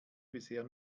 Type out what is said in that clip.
bisher